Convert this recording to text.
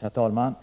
Herr talman!